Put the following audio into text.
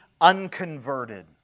unconverted